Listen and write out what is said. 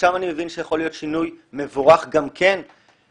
ושם אני מבין שיכול להיות שינוי מבורך גם כן בגילאי